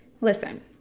listen